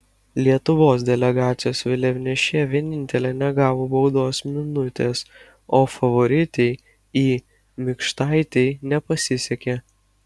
lietuvos delegacijos vėliavnešė vienintelė negavo baudos minutės o favoritei i mikštaitei nepasisekė